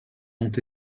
ont